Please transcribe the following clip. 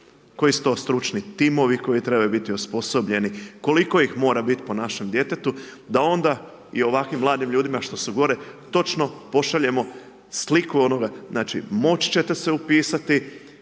koji su to stručni timovi koji trebaju biti osposobljeni, koliko ih mora biti po našem djetetu da onda i ovakvim mladim ljudima što su gore točno pošaljemo sliku onoga, znači moći ćete se upisati,